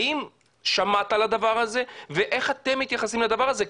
האם שמעת על הדבר הזה ואיך אתם מתייחסים לדבר הזה?